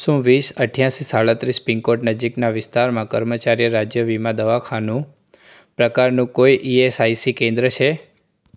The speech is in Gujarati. શું વીસ અઠ્ઠાસી સાડત્રીસ પિનકોડ નજીકના વિસ્તારમાં કર્મચારી રાજ્ય વીમા દવાખાનું પ્રકારનું કોઈ ઇએસઆઇસી કેન્દ્ર છે